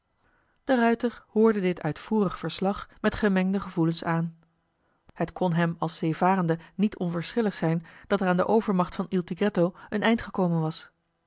de ruijter hoorde dit uitvoerig verslag met gemengde gevoelens aan het kon hem als zeevarende niet onverschillig zijn dat er aan de overmacht van il tigretto een eind gekomen was